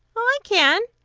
i can,